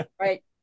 Right